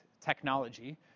technology